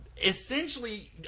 essentially